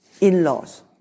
in-laws